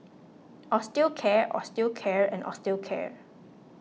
Osteocare Osteocare and Osteocare